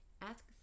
Ask